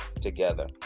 together